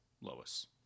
Lois